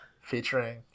Featuring